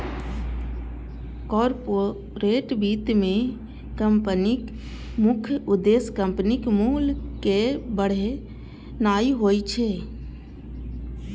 corporate वित्त मे कंपनीक मुख्य उद्देश्य कंपनीक मूल्य कें बढ़ेनाय होइ छै